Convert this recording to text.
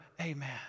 amen